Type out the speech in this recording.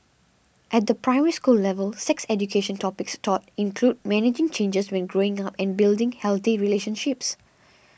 at the Primary School level sex education topics taught include managing changes when growing up and building healthy relationships